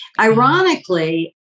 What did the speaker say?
Ironically